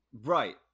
Right